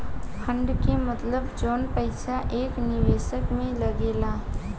fund के मतलब जवन पईसा एक निवेशक में लागेला